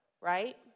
Right